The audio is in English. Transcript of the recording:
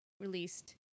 released